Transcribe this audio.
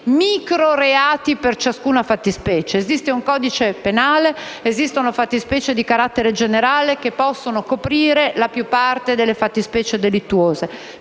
micro reati per ciascuna fattispecie. Esiste un codice penale, esistono fattispecie di carattere generale che possono coprire la più parte delle fattispecie delittuose.